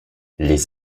les